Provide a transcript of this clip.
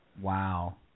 Wow